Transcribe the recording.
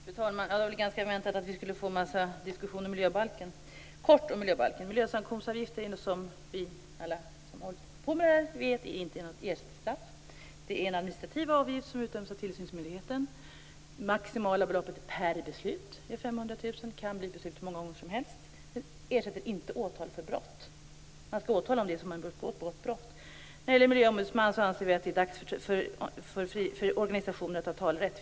Fru talman! Det var väl ganska väntat att vi skulle få en massa diskussion om miljöbalken! Kort om miljöbalken: Miljösanktionsavgifter är, som alla vi som har hållit på med det här vet, inte något erkänt straff. Det är en administrativ avgift som utdöms av tillsynsmyndigheten. Maximalt belopp per beslut är 500 000 kr. Det kan bli beslut hur många gånger som helst. Det ersätter inte åtal för brott. Man skall åtala om ett brott begås. När det gäller en miljöombudsman anser vi att det är dags för organisationerna att ha talerätt.